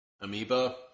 Amoeba